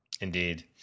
Indeed